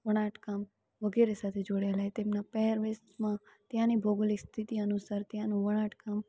વણાટ કામ વગેરે સાથે જોડાયેલા હોય તેમના પહેરવેશમાં ત્યાંની ભૌગોલિક સ્થિતિ અનુસાર ત્યાંનું વણાટકામ